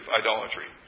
idolatry